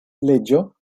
leĝo